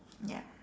ya